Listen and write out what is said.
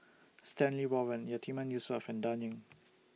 Stanley Warren Yatiman Yusof and Dan Ying